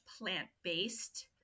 plant-based